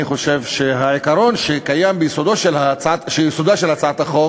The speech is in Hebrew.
אני חושב שהעיקרון ביסודה של הצעת החוק